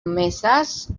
comeses